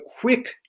quick